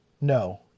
No